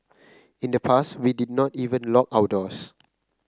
in the past we did not even lock our doors